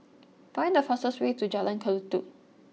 find the fastest way to Jalan Kelulut